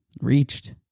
reached